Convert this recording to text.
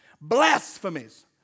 blasphemies